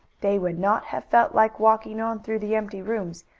they would not have felt like walking on through the empty rooms,